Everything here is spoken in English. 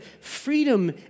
freedom